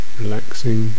relaxing